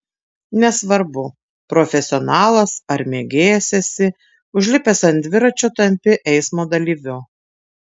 nesvarbu profesionalas ar mėgėjas esi užlipęs ant dviračio tampi eismo dalyviu